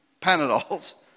Panadols